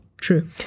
True